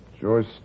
Joyce